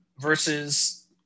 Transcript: versus